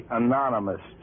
anonymous